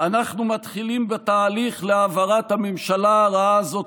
אנחנו מתחילים בתהליך להעברת הממשלה הרעה הזאת